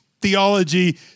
theology